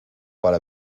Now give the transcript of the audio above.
para